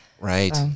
Right